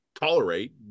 tolerate